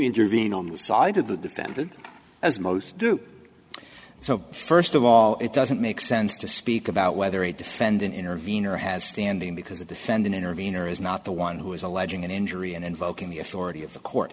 intervene on the side of the defended as most do so first of all it doesn't make sense to speak about whether a defendant intervene or has standing because the defendant intervene or is not the one who is alleging an injury and invoking the authority of the court